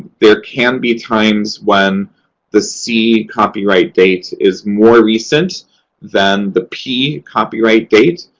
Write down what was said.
there can be times when the c copyright date is more recent than the p copyright date.